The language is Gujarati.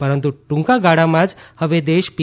પરંતુ ટૂંકા ગાળામાં જ હવે દેશ પી